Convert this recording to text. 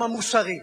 גם המוסרי,